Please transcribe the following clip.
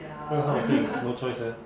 not hardworking no choice eh